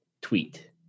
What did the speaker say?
tweet